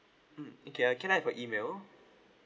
mm okay can I have your email